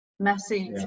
message